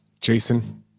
Jason